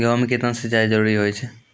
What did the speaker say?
गेहूँ म केतना सिंचाई जरूरी होय छै?